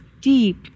deep